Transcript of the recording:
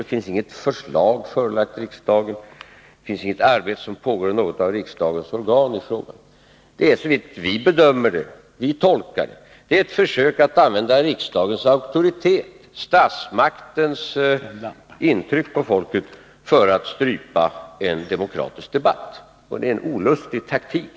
Det finns inget förslag som förelagts riksdagen, och det finns inget arbete som pågår i något av riksdagens organ i frågan. Det är som vi bedömer och tolkar det ett försök att använda riksdagens auktoritet, statsmaktens inflytande över folket, för att strypa en demokratisk debatt. Det är en olustig taktik.